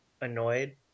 annoyed